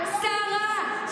שרה,